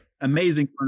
amazing